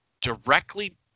directly